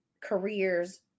careers